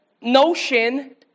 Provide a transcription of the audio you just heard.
notion